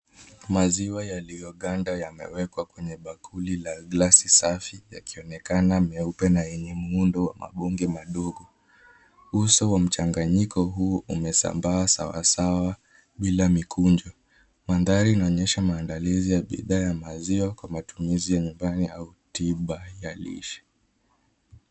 Maziwa yaliyoganda yamewekwa kwenye bakuli la glasi safi, yakionekana meupe na yenye muundo wa mabonge madogo. Uso wa mchanganyiko huu umesambaa sawasawa bila mikunjo. Mandhari inaonyesha maandalizi ya bidhaa ya maziwa kwa matumizi ya nyumbani au tiba ya lishe.